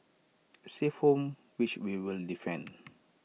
A safe home which we will defend